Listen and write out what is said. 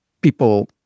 People